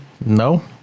No